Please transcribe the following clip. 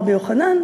רבי יוחנן,